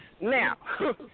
Now